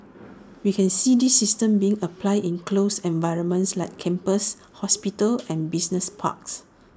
we can see these systems being applied in closed environments like campuses hospitals and business parks